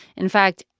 in fact,